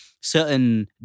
certain